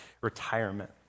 retirement